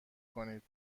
کنید